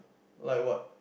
like what